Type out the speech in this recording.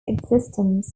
existence